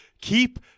keep